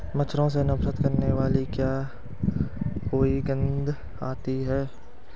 मच्छरों से नफरत करने वाली क्या कोई गंध आती है?